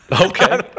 Okay